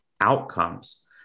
outcomes